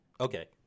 Okay